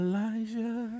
Elijah